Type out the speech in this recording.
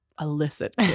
illicit